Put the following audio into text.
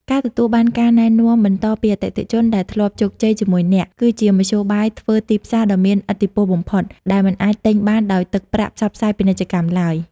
ការទទួលបានការណែនាំបន្តពីអតិថិជនដែលធ្លាប់ជោគជ័យជាមួយអ្នក គឺជាមធ្យោបាយធ្វើទីផ្សារដ៏មានឥទ្ធិពលបំផុត ដែលមិនអាចទិញបានដោយទឹកប្រាក់ផ្សព្វផ្សាយពាណិជ្ជកម្មឡើយ។